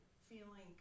feeling